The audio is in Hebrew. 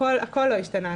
הכול לא השתנה.